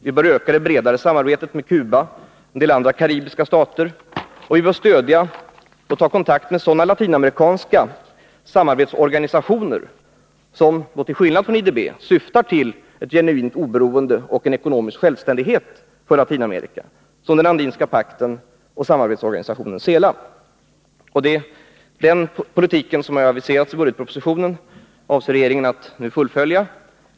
Vi bör öka det bredare samarbetet med Cuba och en del andra karibiska stater, och vi bör stödja och ta kontakt med sådana latinamerikanska samarbetsorganisationer som — till skillnad från IDB — syftar till ett genuint oberoende och en ekonomisk självständighet för Latinamerika, som den Andinska pakten och samarbetsorganisationen SELA. Den politik som aviseras i budgetpropositionen avser regeringen nu att fullfölja.